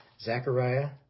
Zechariah